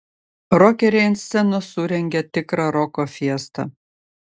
rokeriai ant scenos surengė tikrą roko fiestą